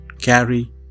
carry